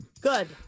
Good